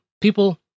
People